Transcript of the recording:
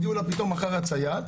הודיעו לה פתאום מחר את סייעת,